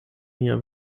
mia